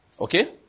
okay